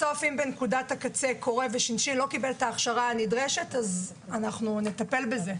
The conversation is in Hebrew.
בסוף אם בנקודת הקצה שי"נשין לא קיבל את ההכשרה הנדרשת אנחנו נטפל בזה.